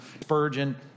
Spurgeon